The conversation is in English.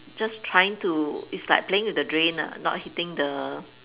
just trying to it's like playing with the drain ah not hitting the